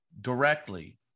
directly